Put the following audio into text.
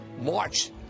march